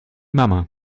mama